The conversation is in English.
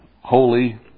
holy